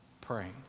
praying